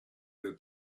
that